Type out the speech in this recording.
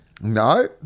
No